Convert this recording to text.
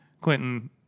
Clinton